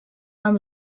amb